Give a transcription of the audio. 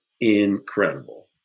incredible